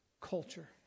culture